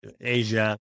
Asia